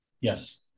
Yes